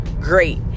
great